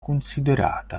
considerata